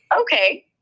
Okay